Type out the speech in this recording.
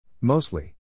Mostly